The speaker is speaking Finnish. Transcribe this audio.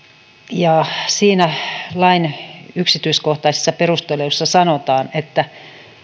siitä lain yksityiskohtaisissa perusteluissa sanotaan että